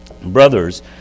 Brothers